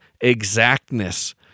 exactness